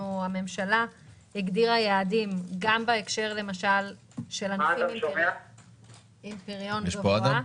הממשלה הגדירה יעדים גם בהקשר למשל של ענפים עם פריון גבוה.